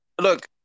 look